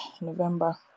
November